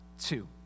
two